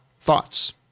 thoughts